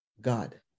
God